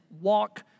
walk